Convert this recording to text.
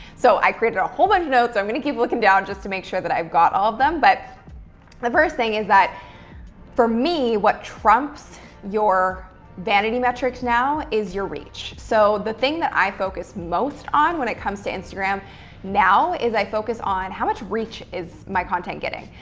so i created a whole bunch of notes. i'm going to keep looking down just to make sure that i've got all of them. but the first thing is that for me, what trumps your vanity metrics now is your reach. so the thing that i focus most on when it comes to instagram now, is i focus on how much reach is my content getting.